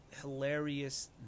hilarious